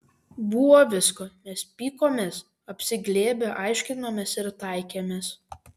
buvo visko mes pykomės apsiglėbę aiškinomės ir taikėmės